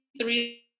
three